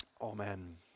Amen